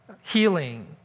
healing